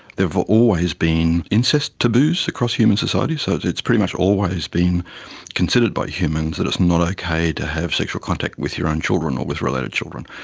there've always been incest taboos across human society so it's pretty much always been considered by humans that it's not ok to have sexual contact with your own children or with related children.